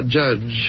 judge